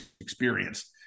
experienced